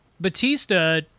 Batista